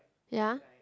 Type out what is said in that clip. ya